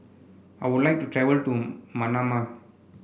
I would like to travel to Manama